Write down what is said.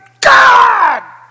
God